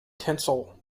tinsel